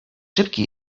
szybki